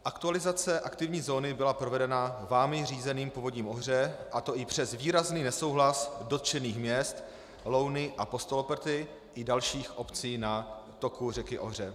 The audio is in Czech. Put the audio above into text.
Aktualizace aktivní zóny byla provedena vámi řízeným Povodím Ohře, a to i přes výrazný nesouhlas dotčených měst Louny a Postoloprty i dalších obcí na toku řeky Ohře.